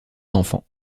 d’enfant